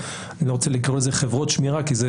אני לא רוצה לקרוא לזה חברות שמירה כי זה